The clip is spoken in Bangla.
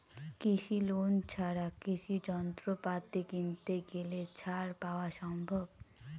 কৃষি লোন ছাড়া কৃষি যন্ত্রপাতি কিনতে গেলে ছাড় পাওয়া সম্ভব?